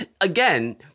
again